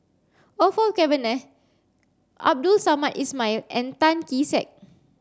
Orfeur Cavenagh Abdul Samad Ismail and Tan Kee Sek